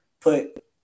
put